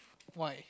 why